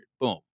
Boom